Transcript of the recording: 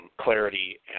clarity